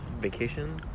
vacation